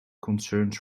concerns